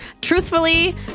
truthfully